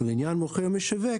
ולעניין מוכר או משווק,